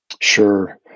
Sure